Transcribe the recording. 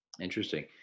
Interesting